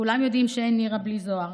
כולם יודעים שאין נירה בלי זהר,